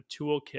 toolkit